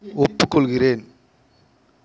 ஒப்புக்கொள்கிறேன்